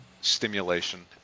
stimulation